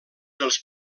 dels